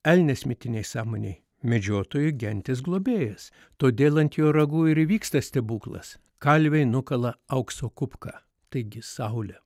elnias mitinėj sąmonėj medžiotojų genties globėjas todėl ant jo ragų ir įvyksta stebuklas kalviai nukala aukso kupką taigi saulė